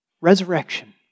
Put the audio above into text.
Resurrection